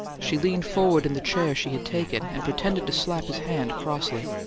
she leaned forward in the chair she had taken, and pretended to slap his hand crossly.